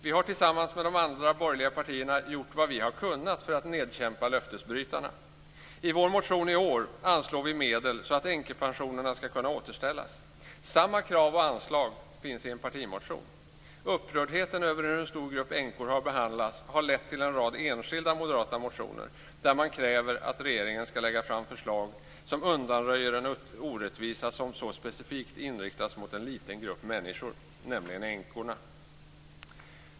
Vi har tillsammans med de andra borgerliga partierna gjort vad vi har kunnat för att nedkämpa löftesbrytarna. I vår motion i år anslår vi medel för att änkepensionerna ska kunna återställas. Samma krav och anslag finns i en partimotion. Upprördheten över hur en stor grupp änkor har behandlats har också lett till en rad enskilda moderata motioner där man kräver att regeringen ska lägga fram förslag som undanröjer en orättvisa som så specifikt inriktas mot en liten grupp människor, nämligen änkorna.